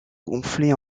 gonflait